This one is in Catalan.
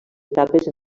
etapes